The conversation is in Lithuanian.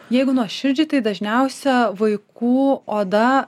jeigu nuoširdžiai tai dažniausia vaikų oda